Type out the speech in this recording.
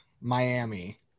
Miami